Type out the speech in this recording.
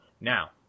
Now